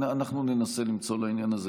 אנחנו ננסה למצוא לעניין הזה פתרון.